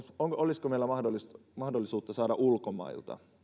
olisiko meillä esimerkiksi mahdollisuutta saada ulkomailta